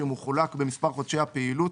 מחולק במספר חודשי הפעילות